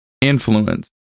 influence